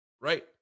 Right